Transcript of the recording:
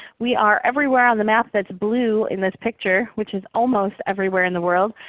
we are everywhere on the map that's blue in this picture, which is almost everywhere in the world.